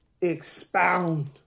expound